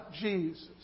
Jesus